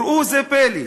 וראו זה פלא,